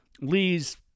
Lee's